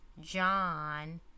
John